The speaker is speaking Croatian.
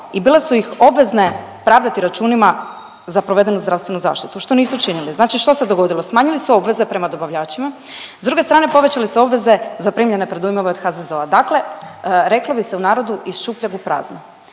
i bile su ih obvezne pravdati računima za provedenu zdravstvenu zaštitu, što nisu činili, znači što se dogodilo? Smanjili su obveze prema dobavljačima, s druge strane povećali su obveze za primljene predujmove od HZZO-a, dakle reklo bi se u narodu iz šupljeg u prazno.